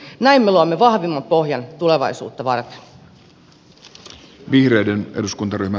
näin me luomme vahvimman pohjan tulevaisuutta varten